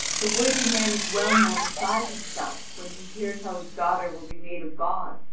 the worthy man is well-nigh beside himself when he hears how his daughter will be made a bawd,